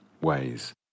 ways